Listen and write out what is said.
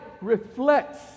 reflects